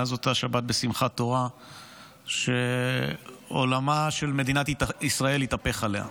מאז אותה שבת בשמחת תורה שבה עולמה של מדינת ישראל התהפך עליה.